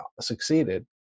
succeeded